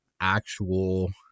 actual